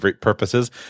purposes